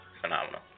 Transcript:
phenomenal